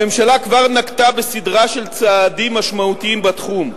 הממשלה כבר נקטה סדרה של צעדים משמעותיים בתחום,